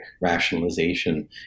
rationalization